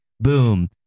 boom